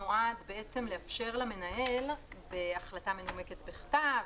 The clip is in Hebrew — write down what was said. נועד לאפשר למנהל בהחלטה מנומקת בכתב